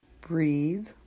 Breathe